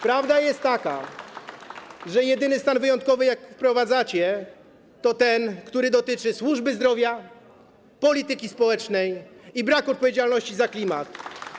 Prawda jest taka, że jedyny stan wyjątkowy, jaki wprowadzacie, to ten, który dotyczy służby zdrowia, polityki społecznej i braku odpowiedzialności za klimat.